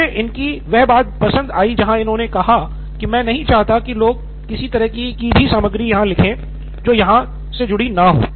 मुझे इनकी वह बात पसंद आई जहां इन्होंने कहा कि मैं नहीं चाहता कि लोग किसी तरह की भी सामग्री यहाँ लिखे जो यहाँ से जुड़ी न हो